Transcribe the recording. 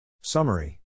Summary